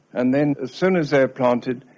and then as soon as they are planted,